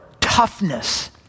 toughness